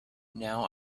now